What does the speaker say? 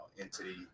Entity